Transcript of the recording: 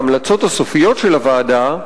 ההמלצות הסופיות של הוועדה,